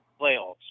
playoffs